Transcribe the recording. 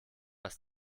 das